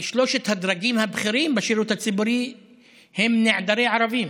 שלושת הדרגים הבכירים בשירות הציבורי הם נעדרי ערבים,